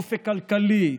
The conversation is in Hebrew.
אופק כלכלי,